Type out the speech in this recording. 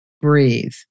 Breathe